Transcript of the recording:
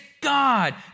God